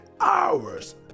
hours